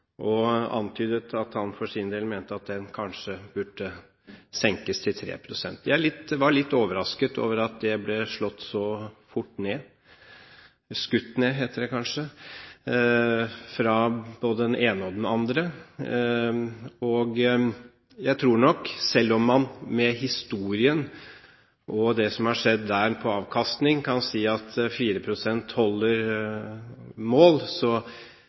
Han antydet at den kanskje burde senkes til 3 pst. Jeg er litt overrasket over at det ble slått så fort ned – skutt ned, heter det kanskje – fra både den ene og den andre. Jeg tror nok at selv om man selv med historien og det som har skjedd der på avkastning, kan si at 4 pst. holder mål,